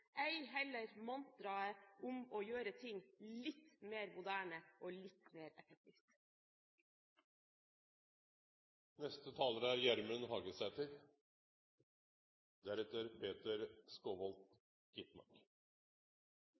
ei heller mantraet om å gjøre ting litt mer moderne og litt mer effektivt. Det har vore mykje snakk om materiell og lokalisering her i dag. Det er